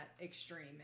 extreme